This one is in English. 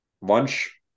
lunch